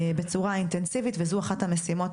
בצורה אינטנסיבית, וזו אחת המשימות